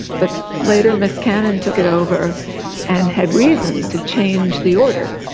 but later miss cannon took it over and had reason to change the order,